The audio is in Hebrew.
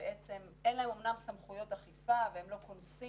שבעצם אין להם אמנם סמכויות אכיפה והם לא קונסים,